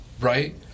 right